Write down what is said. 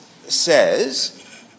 Says